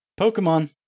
Pokemon